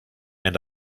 and